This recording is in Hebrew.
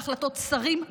בהחלטות שרים,